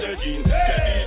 Hey